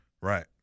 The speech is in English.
Right